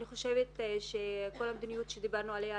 אני חושבת שכל המדיניות שדיברנו עליה,